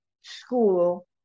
school